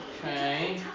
Okay